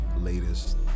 latest